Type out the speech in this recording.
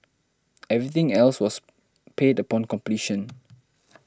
everything else was paid upon completion